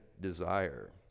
desire